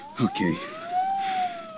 Okay